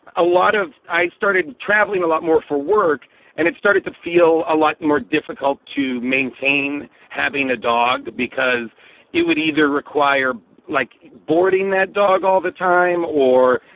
a lot of i started traveling a lot more for work and it started to feel a lot more difficult to maintain. having a dog, because you would either require like boarding that dog all the time or,